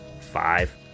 five